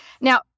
Now